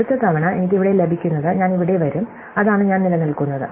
അടുത്ത തവണ എനിക്ക് ഇവിടെ ലഭിക്കുന്നത് ഞാൻ ഇവിടെ വരും അതാണ് ഞാൻ നിലനിൽക്കുന്നത്